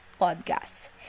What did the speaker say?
podcast